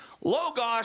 Logos